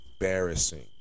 embarrassing